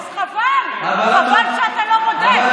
אז חבל שאתה לא בודק.